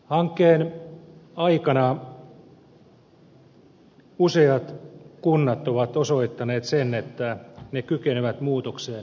hankkeen aikana useat kunnat ovat osoittaneet sen että ne kykenevät muutokseen vapaaehtoisesti